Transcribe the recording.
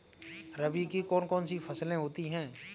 रबी की कौन कौन सी फसलें होती हैं?